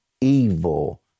evil